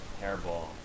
hairball